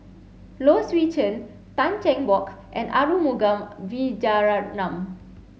Low Swee Chen Tan Cheng Bock and Arumugam Vijiaratnam